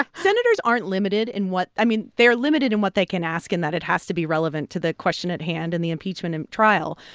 senators aren't limited in what i mean, they're limited in what they can ask in that it has to be relevant to the question at hand in the impeachment and trial.